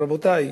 רבותי,